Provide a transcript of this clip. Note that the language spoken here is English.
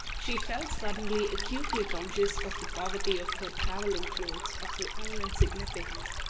she felt suddenly acutely conscious of the poverty of her travelling clothes, of her own insignificance.